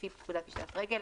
לפי פקודת פשיטת רגל,